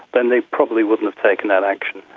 then they probably wouldn't have taken that action.